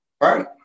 Right